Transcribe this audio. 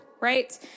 right